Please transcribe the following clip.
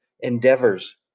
endeavors